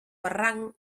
barranc